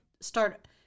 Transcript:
start